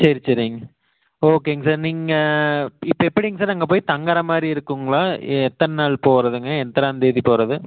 சரி சரிங்க ஓகேங்க சார் நீங்கள் இப்போ எப்படிங்க சார் அங்கே போய் தங்குற மாதிரி இருக்குங்களா எத்தனை நாள் போறதுங்க எத்தனாந் தேதி போகிறது